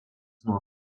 nuo